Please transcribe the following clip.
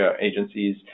agencies